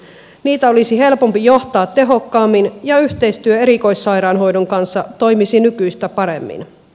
niitä olisi helpompi johtaa tehokkaammin ja yhteistyö erikoissairaanhoidon kanssa toimisi nykyistä paremmin